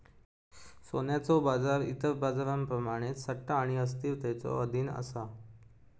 सोन्याचो बाजार इतर बाजारांप्रमाणेच सट्टा आणि अस्थिरतेच्यो अधीन असा